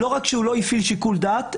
לא רק שלא הפעיל שיקול דעת,